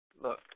Look